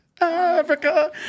Africa